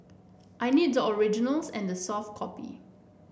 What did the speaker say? I need the originals and the soft copy